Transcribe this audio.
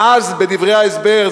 ואז בדברי ההסבר,